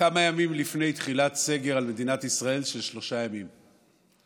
כמה ימים לפני תחילת סגר של שלושה ימים על מדינת ישראל.